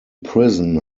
prison